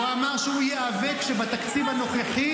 הוא אמר שהוא ייאבק שבתקציב הנוכחי,